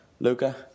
Luca